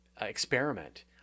experiment